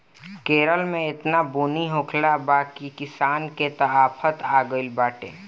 केरल में एतना बुनी होखले बा की किसान के त आफत आगइल बाटे